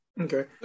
Okay